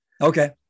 Okay